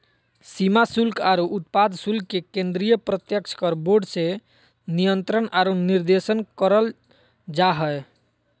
सीमा शुल्क आरो उत्पाद शुल्क के केंद्रीय प्रत्यक्ष कर बोर्ड से नियंत्रण आरो निर्देशन करल जा हय